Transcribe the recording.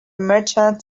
merchant